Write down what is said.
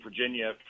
Virginia